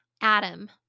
Adam